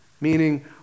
Meaning